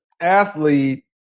athlete